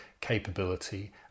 capability